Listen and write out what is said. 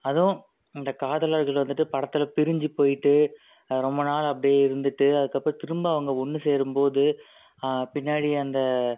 அதுவும் இந்த காதலர்கள் வந்துட்டு படத்தில் பிரிஞ்சு போய்ட்டு ரொம்ப நாள் அப்படியே இருந்துட்டு அதுக்கப்புறம் திரும்ப அவங்க ஒன்று சேரும் போது பின்னாடி அந்த